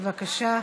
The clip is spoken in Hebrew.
בבקשה.